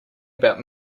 about